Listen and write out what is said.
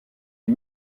les